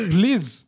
Please